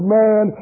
man